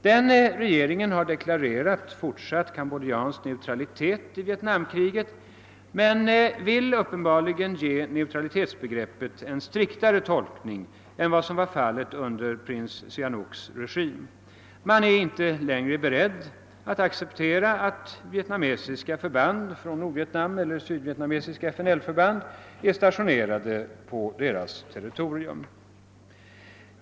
Denna regering har deklarerat fortsatt kambodiansk neutralitet i Vietnamkriget men vill uppenbarligen ge neutralitetsbegreppet en striktare tolkning än vad som var fallet under prins Sihanouks regim: man är inte längre beredd att acceptera, att vietnamesiska förband — från Nordvietnam eller Sydvietnamesiska FNL-förband — är stationerade på Kambodjas territorium.